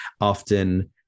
often